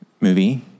movie